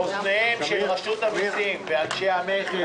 לאוזני אנשי רשות המסים ואנשי המכס.